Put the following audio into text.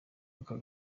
aka